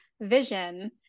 vision